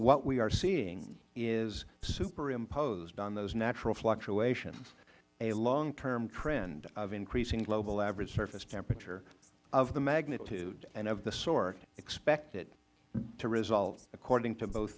what we are seeing is superimposed on those natural fluctuations a long term trend of increasing global average surface temperature of the magnitude and of the sort expected to result according to both